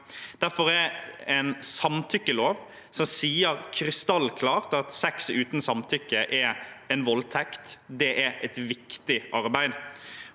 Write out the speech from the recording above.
Derfor er en samtykkelov som sier krystallklart at sex uten samtykke er en voldtekt, et viktig arbeid,